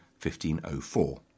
1504